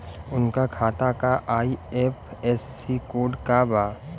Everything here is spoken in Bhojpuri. उनका खाता का आई.एफ.एस.सी कोड का बा?